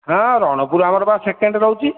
ହଁ ରଣପୁର ଆମର ପା ସେକେଣ୍ଡ୍ ରହୁଛି